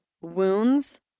wounds